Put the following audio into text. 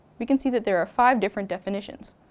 we can see that there are five different definitions.